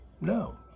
no